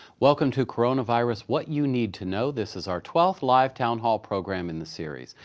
welcome to coronavirus, what you need to know. this is our twelfth live town hall program in the series.